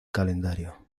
calendario